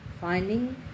finding